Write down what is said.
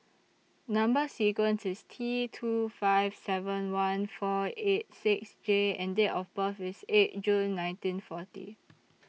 Number sequence IS T two five seven one four eight six J and Date of birth IS eight June nineteen forty